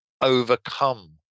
overcome